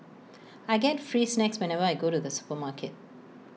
I get free snacks whenever I go to the supermarket